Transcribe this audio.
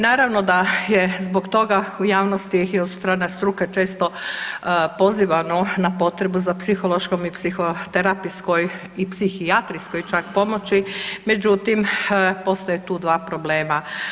Naravno da je zbog toga u javnosti i od strane struke često pozivano na potrebu za psihološkom i psihoterapijskoj i psihijatrijskoj čak, pomoći, međutim, postoje tu 2 problema.